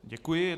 Děkuji.